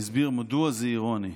ואני אסביר מדוע זה אירוני.